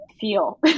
feel